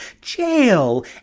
jail